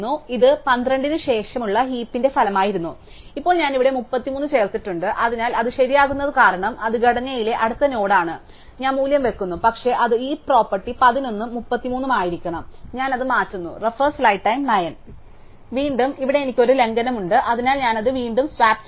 അതിനാൽ ഇത് 12 ന് ശേഷമുള്ള ഹീപിന്റെ ഫലമായിരുന്നു ഇപ്പോൾ ഞാൻ ഇവിടെ 33 ചേർത്തിട്ടുണ്ട് അതിനാൽ അത് ശരിയാകുന്നത് കാരണം അത് ഘടനയിലെ അടുത്ത നോഡാണ് ഞാൻ മൂല്യം വെക്കുന്നു പക്ഷേ അത് ഹീപ് പ്രോപ്പർട്ടി 11 ഉം 33 ഉം ആയിരിക്കും അതിനാൽ ഞാൻ അത് മാറ്റുന്നു വീണ്ടും ഇവിടെ എനിക്ക് ഒരു ലംഘനമുണ്ട് അതിനാൽ ഞാൻ അത് വീണ്ടും സ്വാപ്പ് ചെയ്യുന്നു